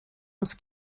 uns